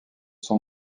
son